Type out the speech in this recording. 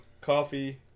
coffee